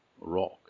rock